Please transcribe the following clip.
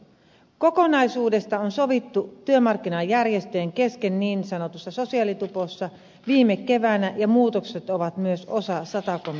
kokonaisuudesta on sovittu työmarkkinajärjestöjen kesken niin sanotussa sosiaalitupossa viime keväänä ja muutokset ovat myös osa sata komitean tuloksia